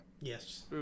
Yes